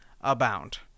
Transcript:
abound